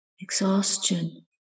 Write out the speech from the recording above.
exhaustion